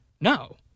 No